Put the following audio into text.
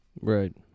Right